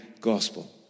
gospel